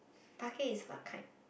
pakeh is what kind